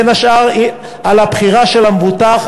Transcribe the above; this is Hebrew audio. בין השאר על הבחירה של המבוטח,